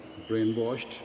brainwashed